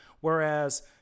Whereas